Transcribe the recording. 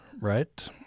right